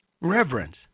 Reverence